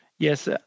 Yes